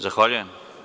Zahvaljujem.